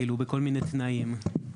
בכל מיני תנאים.